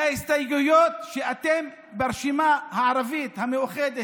אלה ההסתייגויות שאתם ברשימה הערבית המאוחדת,